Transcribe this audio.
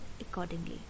accordingly